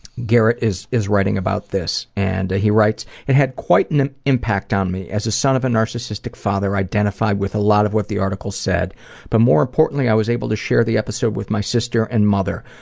garret is is writing about this and he writes, it had quite an impact on me. as a son of a narcissistic father i identify with a lot of what the article said but more importantly i was able to share the episode with my sister and mother.